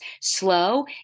slow